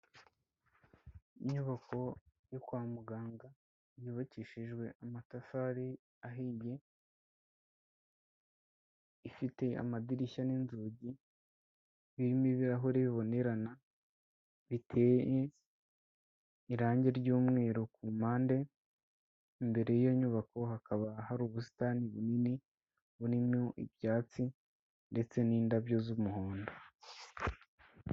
Inyubako yo kwa muganga yubakishijwe amatafari ahiye. Ifite amadirisha n'inzugi birimo ibirahure bibonerana biteye irangi ry'umweru ku mpande. Imbere y'iyo nyubako hakaba hari ubusitani bunini burimo ibyatsi ndetse n'indabyo z'umuhondo.